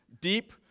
deep